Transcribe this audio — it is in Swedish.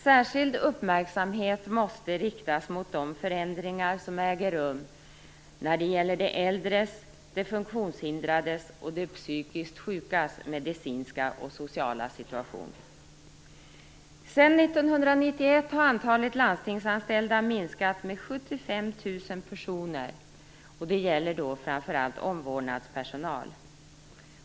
Särskild uppmärksamhet måste riktas mot de förändringar som äger rum när det gäller de äldres, de funktionshindrades och de psykiskt sjukas medicinska och sociala situation. Sedan 1991 har antalet landstingsanställda minskat med 75 000 personer, framför allt omvårdnadspersonal.